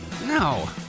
No